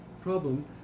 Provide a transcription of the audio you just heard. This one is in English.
problem